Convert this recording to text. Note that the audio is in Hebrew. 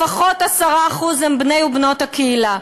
לפחות 10% הם בנות ובני הקהילה.